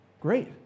great